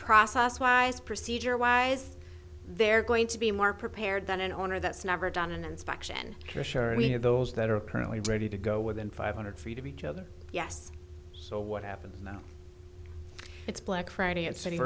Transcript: process wise procedure wise they're going to be more prepared than an owner that's never done an inspection of those that are apparently ready to go within five hundred feet of each other yes so what happens now it's black friday